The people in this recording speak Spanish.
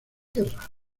guerra